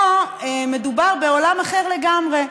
פה מדובר בעולם אחר לגמרי,